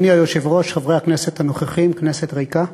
אדוני היושב-ראש, חברי הכנסת הנוכחים, כנסת ריקה,